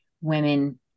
women